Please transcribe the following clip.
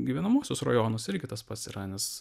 gyvenamuosius rajonus irgi tas pats yra nes